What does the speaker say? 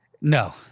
No